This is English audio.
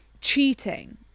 cheating